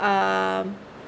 um